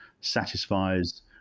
satisfies